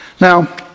Now